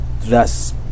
thus